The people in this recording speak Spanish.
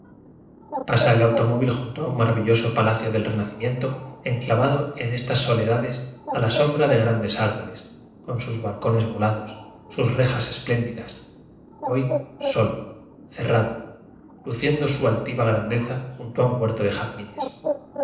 pasa el automóvil junto a un maravilloso palacio del renacimiento enclavado en es tas soledades a la sombra de grandes árbo les con sus balcones volados sus rejas espléndidas hoy solo cerrado lucien do su altiva grandeza junto a un huerto de jazmines